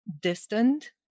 distant